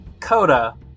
Coda